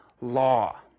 law